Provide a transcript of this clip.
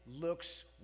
looks